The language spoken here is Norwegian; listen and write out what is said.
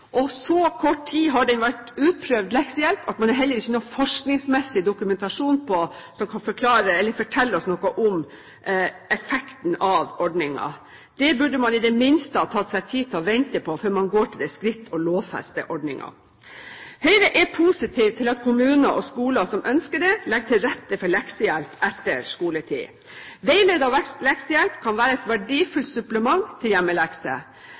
og så kort tid har leksehjelp vært utprøvd at man heller ikke har forskningsmessig dokumentasjon på om effekten av en slik ordning. Det burde man i det miste ha tatt seg tid til å vente på før man går til det skritt å lovfeste ordningen. Høyre er positiv til at kommuner og skoler som ønsker det, legger til rette for leksehjelp etter skoletid. Veiledet leksehjelp kan være et verdifullt supplement til